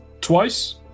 twice